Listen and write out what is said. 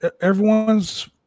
Everyone's